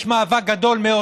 יש מאבק גדול מאוד,